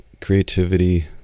creativity